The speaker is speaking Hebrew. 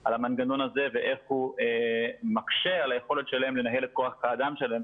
על המנגנון הזה ואיך הוא מקשה על היכולת שלהם לנהל את כוח האדם שלהם